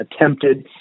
attempted